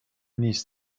نیست